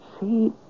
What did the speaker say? See